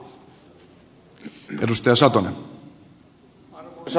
arvoisa puhemies